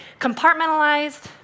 compartmentalized